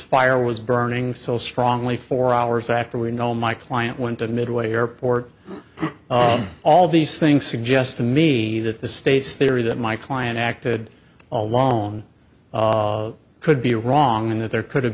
fire was burning so strongly four hours after we know my client went to midway airport all these things suggest to me that the state's theory that my client acted alone could be wrong and that there could have